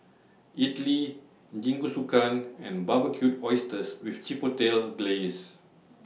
Idili Jingisukan and Barbecued Oysters with Chipotle Glaze